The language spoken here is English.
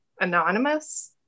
anonymous